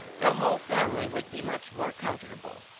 the whole family would be much more comfortable.